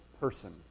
person